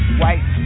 white